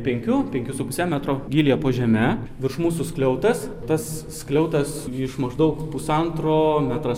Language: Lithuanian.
penkių penkių su puse metro gylyje po žeme virš mūsų skliautas tas skliautas iš maždaug pusantro metras